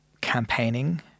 campaigning